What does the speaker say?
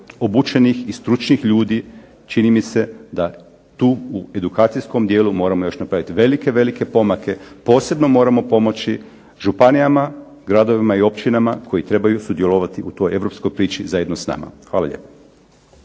obučenih i stručnih ljudi čini mi se da tu u edukacijskom dijelu moramo još napraviti velike, velike pomake. Posebno moramo pomoći županijama, gradovima i općinama koji trebaju sudjelovati u toj europskoj priči zajedno s nama. Hvala lijepo.